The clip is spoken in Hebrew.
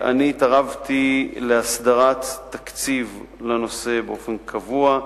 אני התערבתי להסדרת תקציב לנושא באופן קבוע.